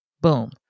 Boom